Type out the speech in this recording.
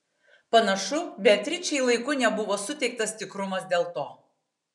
panašu beatričei laiku nebuvo suteiktas tikrumas dėl to